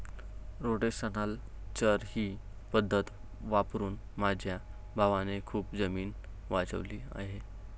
rotational चर ही पद्धत वापरून माझ्या भावाने खूप जमीन वाचवली आहे